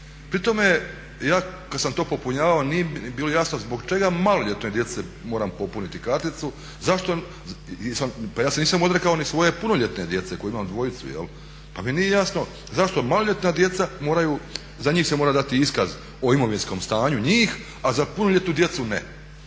Pri tome ja kad sam to popunjavao nije mi bilo jasno zbog čega maloljetnoj djeci moram popuniti karticu, pa ja se nisam odrekao ni svoje punoljetne djece koju imam dvojicu jel', pa mi nije jasno zašto maloljetna djeca za njih se mora dati iskaz o imovinskom stanju njih, a za punoljetnu djecu ne?